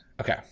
Okay